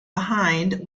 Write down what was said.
behind